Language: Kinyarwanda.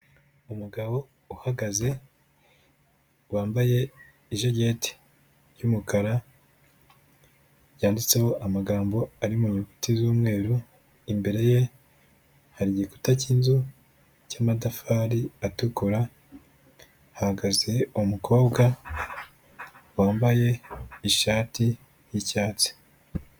Umugabo uhagaze, wambaye ijageti y'umukara, yanditseho amagambo ari mu nyuguti z'umweru, imbere ye hari igikuta cy'inzu cy'amatafari atukura, hahagaze umukobwa wambaye ishati y'icyatsi.